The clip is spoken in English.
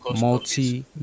multi